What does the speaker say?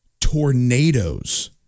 tornadoes